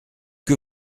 que